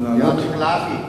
אדוני היושב-ראש,